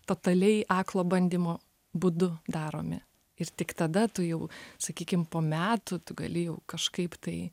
totaliai aklo bandymo būdu daromi ir tik tada tu jau sakykim po metų gali jau kažkaip tai